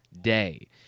day